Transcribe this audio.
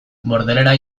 bordelera